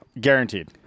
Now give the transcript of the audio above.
Guaranteed